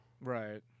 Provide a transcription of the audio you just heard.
Right